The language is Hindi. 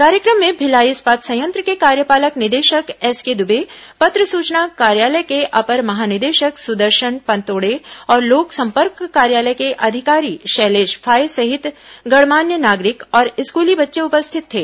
कार्यक्रम में भिलाई इस्पात संयंत्र के कार्यपालक निदेशक एसके दुबे पत्र सूचना कार्यालय के अपर महानिदेशक सुदर्शन पनतोड़े और लोक संपर्क कार्यालय के अधिकारी शैलेष फाये सहित गणमान्य नागरिक और स्कूली बच्चे उपस्थित थे